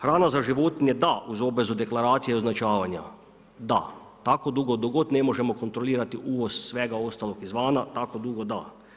Hrana za životinje da uz obvezu deklaracije i označavanja, da, tako dugo dok god ne možemo kontrolirati uvoz svega ostalog izvana tako dugo da.